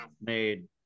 made